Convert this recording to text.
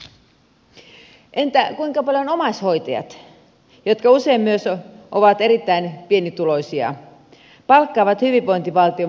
entä kuinka paljon omaishoitajat jotka usein myös ovat erittäin pienituloisia paikkaavat hyvinvointivaltiomme tukiverkkoa